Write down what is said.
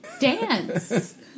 dance